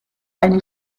eine